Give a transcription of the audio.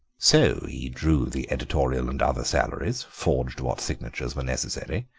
so he drew the editorial and other salaries, forged what signatures were necessary,